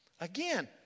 Again